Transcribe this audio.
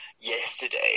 yesterday